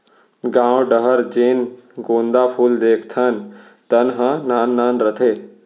गॉंव डहर जेन गोंदा फूल देखथन तेन ह नान नान रथे